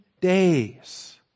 days